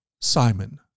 Simon